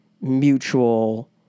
mutual